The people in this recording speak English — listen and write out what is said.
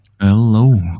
Hello